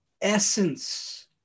essence